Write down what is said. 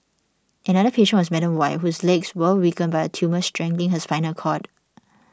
another patient was Madam Y whose legs were weakened by a tumour strangling her spinal cord